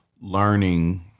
learning